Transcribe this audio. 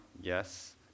Yes